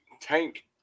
tank